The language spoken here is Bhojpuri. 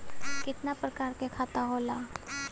कितना प्रकार के खाता होला?